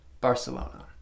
Barcelona